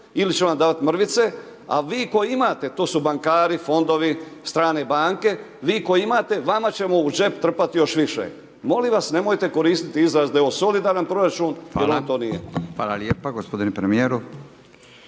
ili ćemo vam davati mrvice. A vi koji imate, to su bankari, fondovi, strane banke, vi koji imate vama ćemo u džep trpati još više. Molim vas nemojte koristiti izraz neosolidaran proračun jer on to nije. Hvala. **Radin, Furio